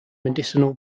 medicinal